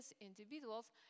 individuals